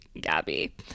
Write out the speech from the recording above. Gabby